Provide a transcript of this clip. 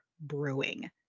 brewing